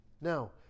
Now